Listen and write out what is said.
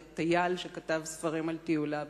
וטייל שכתב ספרים על טיוליו,